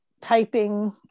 typing